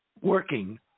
working